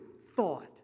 thought